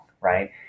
right